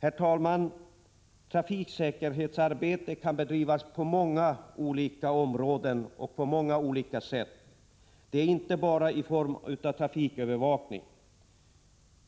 Herr talman! Trafiksäkerhetsarbete kan bedrivas på många olika områden och på många olika sätt, inte bara i form av trafikövervakning.